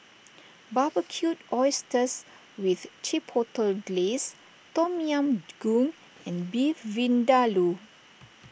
Barbecued Oysters with Chipotle Glaze Tom Yam Goong and Beef Vindaloo